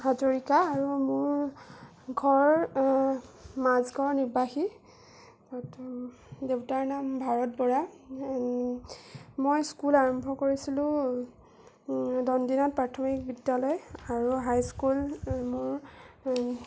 হাজৰিকা আৰু মোৰ ঘৰ মাজগাওঁ নিবাসী দেউতাৰ নাম ভাৰত বৰা মই স্কুল আৰম্ভ কৰিছিলোঁ দন্দিনাথ প্ৰাথমিক বিদ্যালয় আৰু হাইস্কুল মোৰ